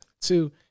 Two